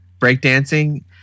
breakdancing